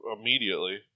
immediately